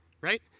right